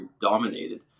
dominated